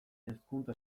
hezkuntza